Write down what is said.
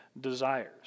desires